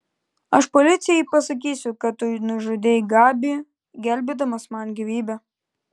aš policijai pasakysiu kad tu nužudei gabį gelbėdamas man gyvybę